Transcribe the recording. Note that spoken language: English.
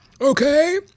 okay